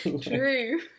True